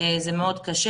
זה מאוד קשה.